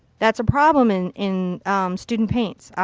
that's a problem in in student paints. ah,